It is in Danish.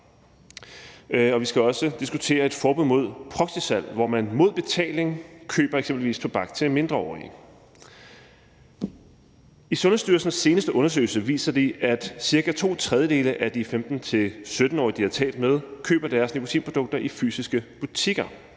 Vi skal også diskutere et forbud mod proxysalg, hvor man mod betaling køber eksempelvis tobak til en mindreårig. Sundhedsstyrelsens seneste undersøgelse viser, at cirka to tredjedele af de 15-17-årige, som de har talt med, køber deres nikotinprodukter i fysiske butikker,